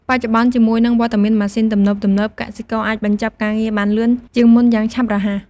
បច្ចុប្បន្ន ជាមួយនឹងវត្តមានម៉ាស៊ីនទំនើបៗ កសិករអាចបញ្ចប់ការងារបានលឿនជាងមុនយ៉ាងឆាប់រហ័ស។